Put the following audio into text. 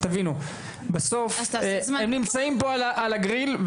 תבינו בסוף הם נמצאים פה על הגריל,